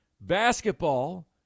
Basketball